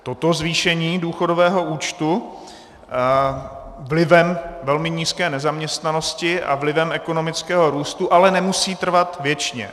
Toto zvýšení důchodového účtu vlivem velmi nízké nezaměstnanosti a vlivem ekonomického růstu ale nemusí trvat věčně.